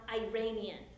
Iranian